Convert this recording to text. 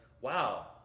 wow